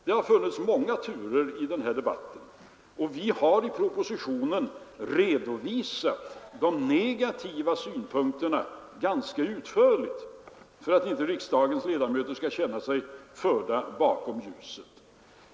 Det har funnits många turer i denna debatt, och vi har i propositionen ganska utförligt redovisat de negativa synpunkterna för att inte riksdagens ledamöter skall känna sig förda bakom ljuset.